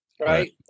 right